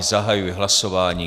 Zahajuji hlasování.